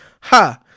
Ha